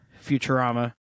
Futurama